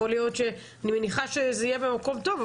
אני מניחה שזה יהיה במקום טוב,